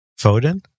Foden